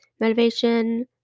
motivation